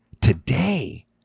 Today